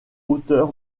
hauteur